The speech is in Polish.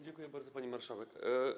Dziękuję bardzo, pani marszałek.